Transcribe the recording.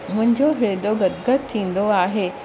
मुंहिंजो हिर्दो गदगदु थींदो आहे